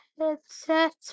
headset